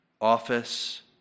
office